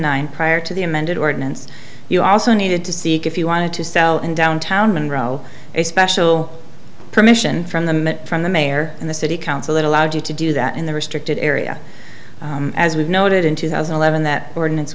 nine prior to the amended ordinance you also needed to see if you wanted to sell in downtown monroe a special permission from the met from the mayor and the city council that allowed you to do that in the restricted area as we've noted in two thousand and seven that ordinance